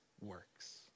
works